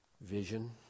vision